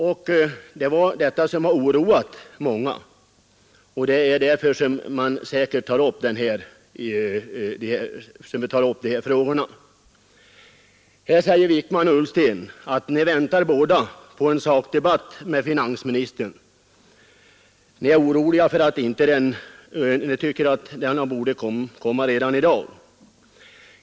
Men det är just den saken som har oroat många människor, och det därför som dessa frågor har tagits upp nu Vidare sade både herr Wijkman och herr Ullsten att de väntade på en sakdebatt med finansministern. De var oroliga och tyckte att den debatten borde ha kunnat föras redan i dag.